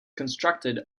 constructed